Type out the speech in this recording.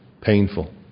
painful